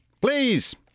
please